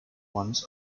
ones